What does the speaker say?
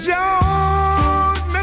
Jones